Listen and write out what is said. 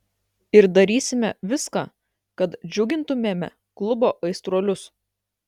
ir darysime viską kad džiugintumėme klubo aistruolius